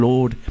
Lord